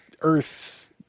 Earth